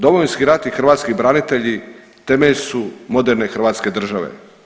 Domovinski rat i hrvatski branitelji temelj su moderne hrvatske države.